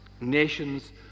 nations